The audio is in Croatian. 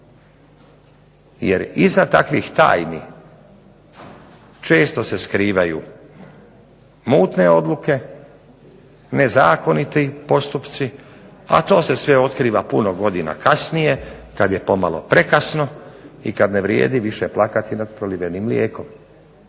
Jer iza takvih tajni često se skrivaju mutne odluke, nezakoniti postupci, a to se sve otkriva puno godina kasnije kada je pomalo prekasno i kada ne vrijedi više plakati nad prolivenim mlijekom.